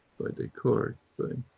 by descartes,